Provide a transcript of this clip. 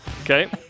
okay